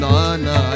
Nana